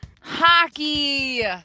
Hockey